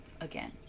again